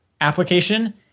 application